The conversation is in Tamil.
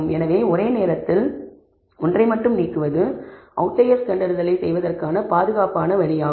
எனவே ஒரே நேரத்தில் ஒன்றை மட்டும் நீக்குவது அவுட்லயர்ஸ் கண்டறிதலைச் செய்வதற்கான பாதுகாப்பான வழியாகும்